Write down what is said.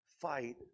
fight